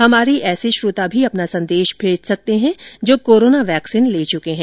हमारे ऐसे श्रोता भी अपना संदेश भेज सकते हैं जो कोरोना वैक्सीन ले चुके हैं